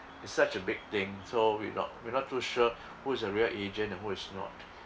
is such a big thing so we not we're not too sure who is a real agent and who is not